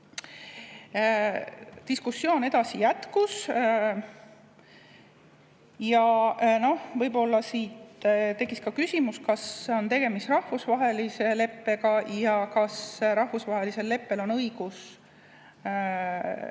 Diskussioon jätkus. Võib-olla siit tekkis ka küsimus, kas on tegemist rahvusvahelise leppega ja kas rahvusvahelisel leppel on õigus